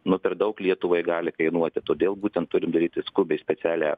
nu per daug lietuvai gali kainuoti todėl būtent turi daryti skubiai specialią